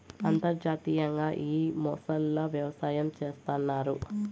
అంతర్జాతీయంగా ఈ మొసళ్ళ వ్యవసాయం చేస్తన్నారు